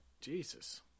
Jesus